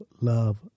love